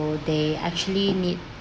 so they actually need